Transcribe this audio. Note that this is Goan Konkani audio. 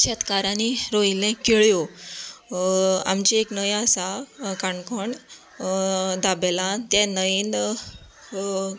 शेतकारांनी रोयल्ले केळयो आमची एक न्हंय आसा काणकोण धाबेलान त्या न्हंयेंत